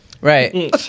right